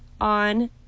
on